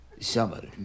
Summer